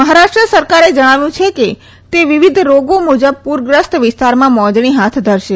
મહારાષ્ટ્ર સરકારે જણાવ્યું છે કે તે વિવિધ રોગો મુજબ પુરગ્રસ્ત વિસ્તારમાં મોજણી હાથ ધરશે